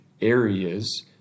areas